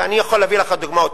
ואני יכול להביא לך דוגמאות,